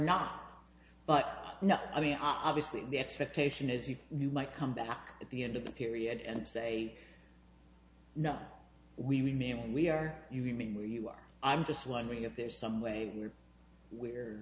not but i mean obviously the expectation is you you might come back at the end of the period and say no we remain we are you remain where you are i'm just wondering if there's some way we're we're